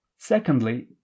Secondly